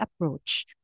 approach